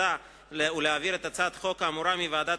החלטתה ולהעביר את הצעת החוק האמורה מוועדת